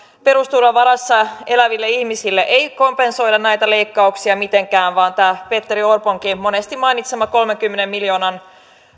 perusturvan varassa eläville ihmisille ei kompensoida näitä leikkauksia mitenkään vaan tämä petteri orponkin monesti mainitsema kolmenkymmenen miljoonan